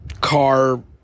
car